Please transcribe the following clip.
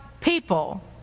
people